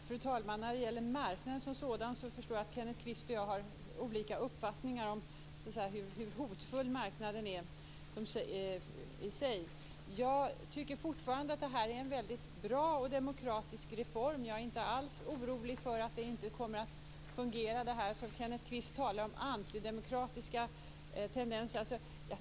Fru talman! Jag förstår att Kenneth Kvist och jag har olika uppfattningar om hur hotfull marknaden är. Jag tycker fortfarande att detta är en bra och demokratisk reform. Jag är inte alls orolig för att det inte skall fungera. Kenneth Kvist talar om antidemokratiska tendenser.